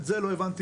את זה לא הבנתי.